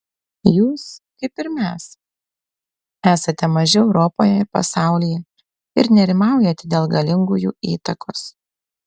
jūs kaip ir mes esate maži europoje ir pasaulyje ir nerimaujate dėl galingųjų įtakos